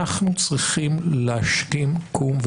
אנחנו צריכים להשכים קום,